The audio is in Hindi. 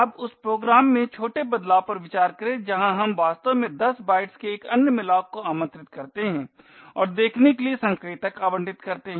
अब उस प्रोग्राम में छोटे बदलाव पर विचार करें जहां हम वास्तव में 10 बाइट्स के एक अन्य malloc को आमंत्रित करते हैं और देखने के लिए संकेतक आवंटित करते हैं